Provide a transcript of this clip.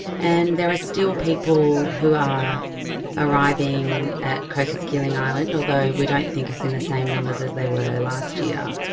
and there are still people who are ah arriving at cocos keeling island, although we don't think it's in the same numbers as they were last year.